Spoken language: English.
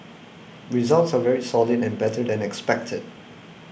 results are very solid and better than expected